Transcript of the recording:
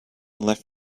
left